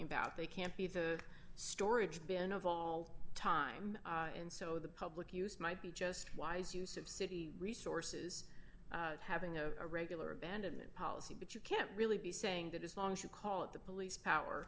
about they can't be the storage bin of all time and so the public use might be just wise use of city resources having a regular abandonment policy but you can't really be saying that as long as you call it the police power